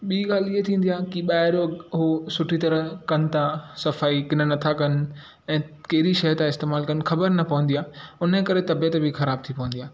ॿी ॻाल्हि इअ थींदी आहे की ॿाहिरों हो सुठी तरह कनि त सफ़ाई या नथा कनि ऐं कहिड़ी शइ त इस्तेमालु कनि ख़बर न पवंदी आहे उन करे तबियतु बि ख़राबु थी पवंदी आहे